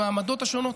עם העמדות השונות,